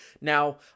Now